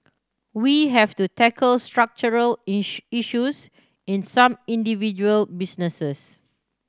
we have to tackle structural issues in some individual businesses